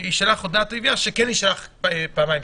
שתישלח הודעת IVR, שכן תישלח פעמיים-שלוש.